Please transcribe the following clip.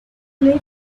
cliff